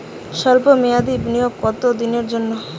সল্প মেয়াদি বিনিয়োগ কত দিনের জন্য?